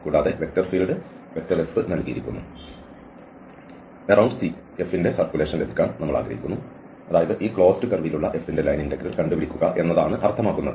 കൂടാതെ vector field F നൽകിയിരിക്കുന്നു C യ്ക്ക് ചുറ്റുമുള്ള F ന്റെ സർക്കുലേഷൻ ലഭിക്കാൻ നിങ്ങൾ ആഗ്രഹിക്കുന്നു അതായത് ഈ ക്ലോസ്ഡ് കർവിലുള്ള F ന്റെ ലൈൻ ഇന്റഗ്രൽ കണ്ടുപിടിക്കുക എന്നാണ് ആണ് അർത്ഥമാക്കുന്നത്